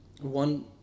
one